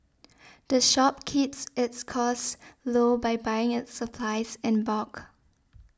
the shop keeps its costs low by buying its supplies in bulk